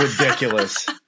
Ridiculous